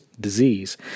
disease